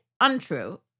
Untrue